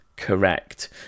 Correct